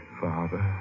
Father